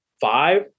five